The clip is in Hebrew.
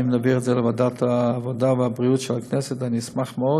אם נעביר את זה לוועדת העבודה והבריאות של הכנסת אשמח מאוד,